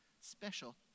special